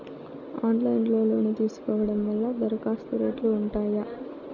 Online లో loan తీసుకోవడం వల్ల దరఖాస్తు రేట్లు ఉంటాయా?